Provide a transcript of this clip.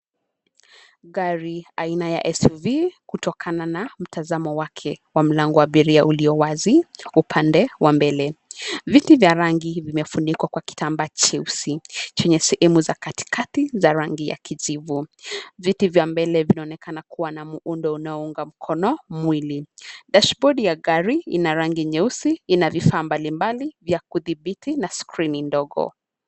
Gari aina ya SUV, kutokana na mtazamo wake, wa mlango wa abiria uliowazi, upande wa mbele. Viti vya rangi, vimefunikwa kwa kitambaa cheusi, chenye sehemu za katikati za rangi ya kijivu. Viti vya mbele vinaonekana kuwa na muundo unaounga mkono, mwili. Dasbodi ya gari, ina rangi nyeusi, ina vifaa mbalimbali, vya kudhibiti, na skrini ndogo.